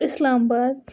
اِسلام آباد